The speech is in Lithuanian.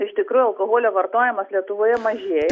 iš tikrųjų alkoholio vartojimas lietuvoje mažėja